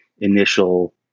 initial